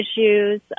issues